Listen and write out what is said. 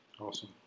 Awesome